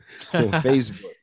Facebook